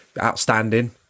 Outstanding